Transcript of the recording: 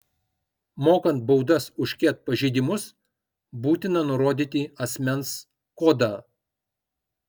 mokant baudas už ket pažeidimus būtina nurodyti asmens kodą